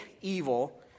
evil